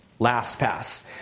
LastPass